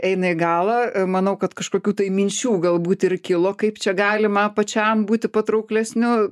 eina į galą manau kad kažkokių tai minčių galbūt ir kilo kaip čia galima pačiam būti patrauklesniu